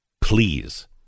Please